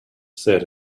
said